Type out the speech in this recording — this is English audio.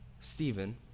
Stephen